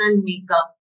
makeup